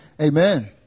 Amen